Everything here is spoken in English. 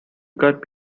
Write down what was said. cut